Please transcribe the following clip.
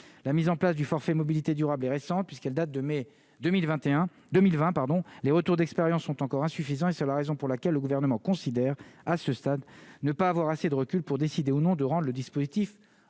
la mise en place du forfait mobilité durable est récente puisqu'elle date de mai 2021 2020, pardon, les retours d'expériences sont encore insuffisants, et c'est la raison pour laquelle le gouvernement considère à ce stade, ne pas avoir assez de recul pour décider ou non de rend le dispositif